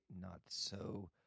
not-so-